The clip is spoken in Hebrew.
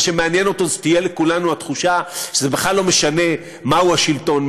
מה שמעניין אותו זה שתהיה לכולנו תחושה שזה בכלל לא משנה מהו השלטון,